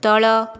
ତଳ